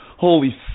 Holy